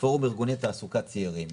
מפורום ארגוני תעסוקה צעירים,